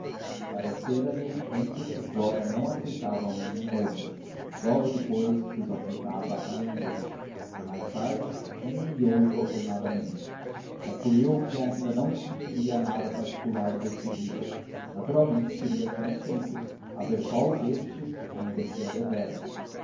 três parecera-lhe antes que flora não aceitava um nem outro logo depois que os aceitava a ambos e mais tarde um e outro alternadamente concluiu que ainda não sentiria nada particular e decisivo naturalmente iria com os tempos a ver qual destes a merecia deveras